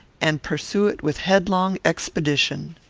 and pursue it with headlong expedition.